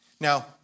Now